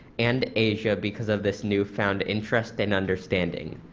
and asia because of this newfound interest and understanding.